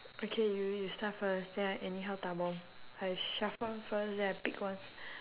okay you you start first then I anyhow 拿：na lor I shuffle first then I pick one